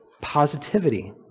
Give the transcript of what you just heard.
positivity